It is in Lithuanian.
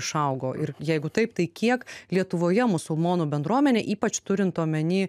išaugo ir jeigu taip tai kiek lietuvoje musulmonų bendruomenė ypač turint omeny